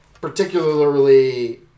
particularly